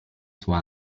sua